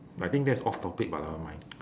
but I think that's off topic but never mind